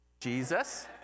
Jesus